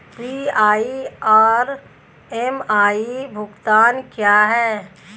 PI और MI भुगतान क्या हैं?